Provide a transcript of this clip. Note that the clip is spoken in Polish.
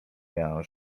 miałam